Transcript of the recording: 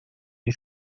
des